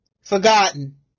forgotten